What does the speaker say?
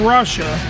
Russia